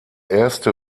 erste